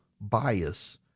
bias